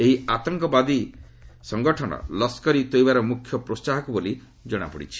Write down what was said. ଏହି ଆତଙ୍କବାଦୀ ସଂଗଠନ ଲସ୍କରେ ଇ ତୋଇବାର ମୁଖ୍ୟ ପ୍ରୋହାହକ ବୋଲି ଜଣାପଡ଼ି ଛି